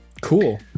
Cool